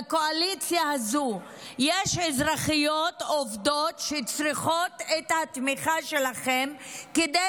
לקואליציה הזאת יש אזרחיות עובדות שצריכות את התמיכה שלכם כדי